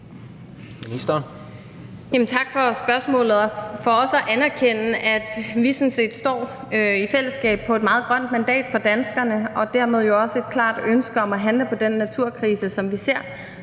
Tak for spørgsmålet, og tak for også at anerkende, at vi i fællesskab sådan set står på et meget grønt mandat fra danskerne og dermed jo også et klart ønske om at handle på den naturkrise, som vi ser.